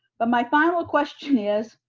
but my final question is,